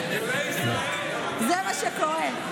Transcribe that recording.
זה מה שקורה.